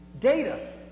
Data